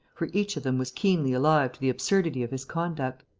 for each of them was keenly alive to the absurdity of his conduct.